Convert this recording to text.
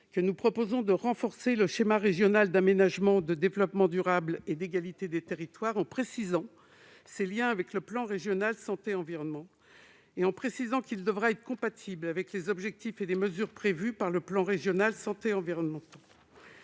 que nous proposons de renforcer le schéma régional d'aménagement, de développement durable et d'égalité des territoires en précisant ses liens avec le plan régional santé-environnement et en inscrivant dans la loi qu'il devra être compatible avec les objectifs et les mesures prévus par ce plan. Ce que nous cherchons